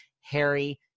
Harry